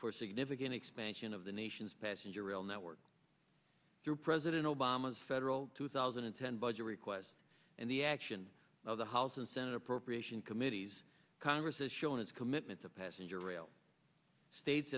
for significant expansion of the nation's passenger rail network through president obama's federal two thousand and ten budget request and the action of the house and senate appropriations committees congress has shown its commitments of passenger rail states